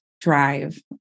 drive